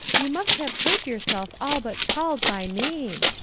you must have heard yourself all but called by name.